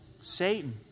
Satan